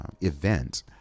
event